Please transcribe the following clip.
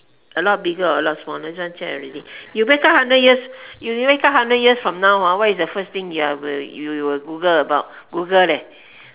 a lot bigger or a lot smaller this one share already you wake up hundred years you wake up hundred years from now hor what is the first thing you uh you will google about google leh